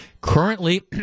Currently